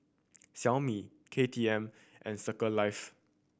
Xiaomi K T M and Circle Life